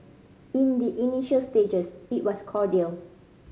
in the initial stages it was cordial